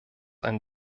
ein